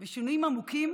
ושינויים עמוקים,